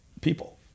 People